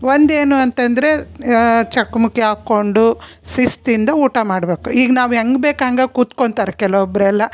ಒಂದು ಏನು ಅಂತಂದರೆ ಚಕ್ಮಕ್ಕಿ ಹಾಕೊಂಡು ಶಿಸ್ತಿಂದ ಊಟ ಮಾಡಬೇಕು ಈಗ ನಾವು ಹೆಂಗ್ ಬೇಕೋ ಹಂಗೆ ಕುತ್ಕೊಂತಾರೆ ಕೆಲವೊಬ್ರು ಎಲ್ಲ